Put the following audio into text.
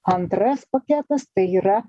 antras paketas tai yra